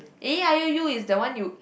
A E I O U is that one you